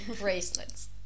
Bracelets